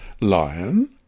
Lion